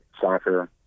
soccer